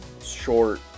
short